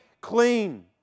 clean